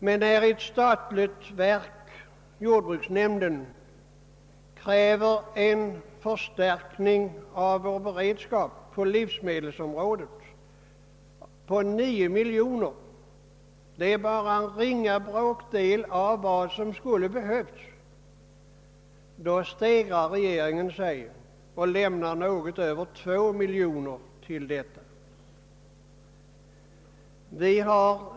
Men när ett statligt verk, jordbruksnämnden, kräver knappt 9 miljoner kronor till förstärkning av vår beredskap på livsmedelsområdet — vilket bara är en bråkdel av vad som skulle behövas — stegrar sig regeringen och anslår bara ca 2 miljoner kronor för ändamålet.